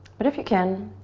but if you can